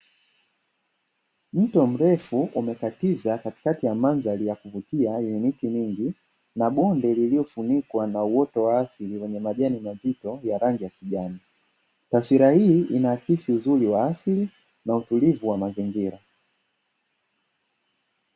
Mto mrefu umekatiza katika ya mandhari ya kuvutia yenye miti mingi na bonde lililofunikwa na uoto wa asili wenye majani mazito ya rangi ya kijani. Taswira hii inaakisi uzuri wa asili na utulivu wa mazingira.